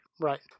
right